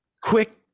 quick